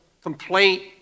complaint